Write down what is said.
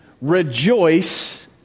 rejoice